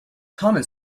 common